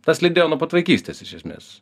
tas lydėjo nuo pat vaikystės iš esmės